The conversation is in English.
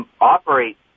operate